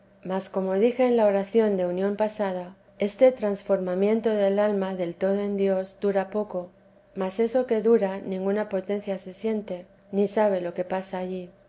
ve ni oye ni siente a mi parecer mas como dije en la oración de unión pasada este transformamiento del alma del todo en dios dura poco mas eso que dura ninguna potencia se siente ni sabe lo que pasa allí